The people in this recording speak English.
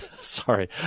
Sorry